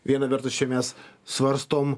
viena vertus čia mes svarstom